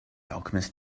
alchemist